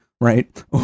right